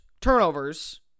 turnovers